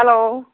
hello